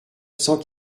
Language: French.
cent